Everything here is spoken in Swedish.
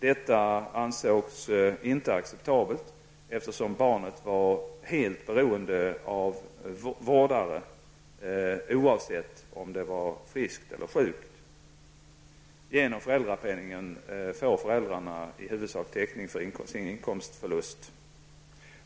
Detta ansågs inte acceptabelt, eftersom barnet var helt beroende av vårdare oavsett om det var friskt eller sjukt. Genom föräldrapenningen får föräldrarna i huvudsak täckning för sin inkomstförlust.